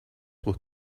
were